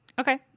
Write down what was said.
Okay